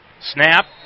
Snap